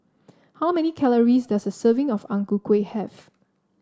how many calories does a serving of Ang Ku Kueh have